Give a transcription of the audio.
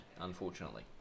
unfortunately